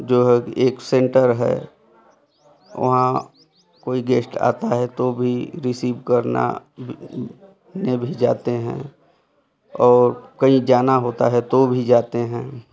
जो है कि एक सेंटर है वहाँ कोई गेस्ट आता है तो भी रिसीभ करना ने भी जाते हैं और कहीं जाना होता है तो भी जाते हैं